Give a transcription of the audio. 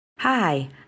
Hi